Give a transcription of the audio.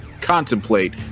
contemplate